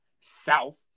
South